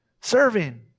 Serving